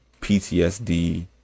PTSD